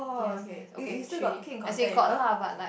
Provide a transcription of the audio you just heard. yes yes okay three as in got lah but like